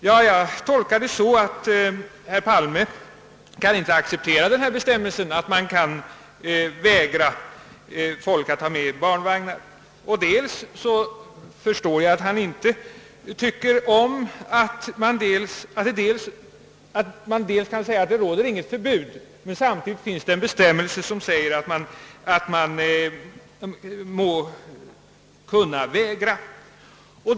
Ja, jag tolkar det så att statsrådet Palme inte kan acceptera bestämmelsen att människor vägras att ta med barnvagnar på bussarna, och jag förstår att han inte tycker om att det å ena sidan inte råder något förbud men att det samtidigt finns en bestämmelse om att människor kan vägras att ta med barnvagnar.